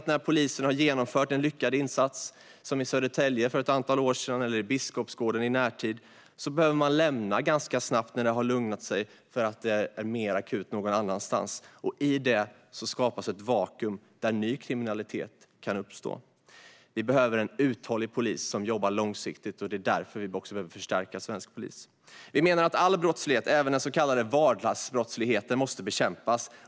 När man har genomfört en lyckad insats, som i Södertälje för ett antal år sedan eller i Biskopsgården i närtid, behöver polisen ganska snabbt lämna området när det har lugnat ned sig för att behovet är mer akut någon annanstans. Då skapas ett vakuum där ny kriminalitet kan uppstå. Vi behöver en uthållig polis som jobbar långsiktigt. Det är därför vi också vill förstärka svensk polis. Vi menar att all brottslighet, även den så kallade vardagsbrottsligheten, måste bekämpas.